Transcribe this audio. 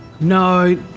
No